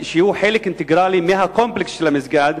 שהוא חלק אינטגרלי מהקומפלקס של המסגד,